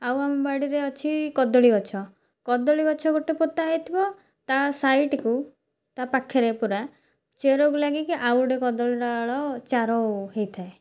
ଆଉ ଆମ ବାଡ଼ିରେ ଅଛି କଦଳୀ ଗଛ କଦଳୀ ଗଛ ଗୋଟେ ପୋତା ହେଇଥିବ ତା ସାଇଡ଼୍କୁ ତା'ପାଖରେ ପୂରା ଚେରକୁ ଲାଗିକି ଆଉ ଗୋଟେ କଦଳୀ ଡାଳ ଚାରା ହେଇଥାଏ